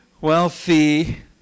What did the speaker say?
wealthy